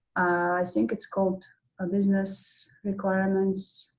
i think it's called a business requirements